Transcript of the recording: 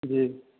जी